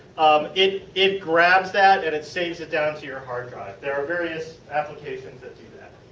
um it it grabs that and it saves it down to your hard drive. there are various applications that do that